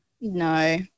No